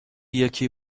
یکی